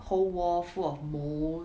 whole wall full of mould